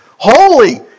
holy